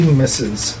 misses